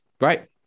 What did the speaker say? right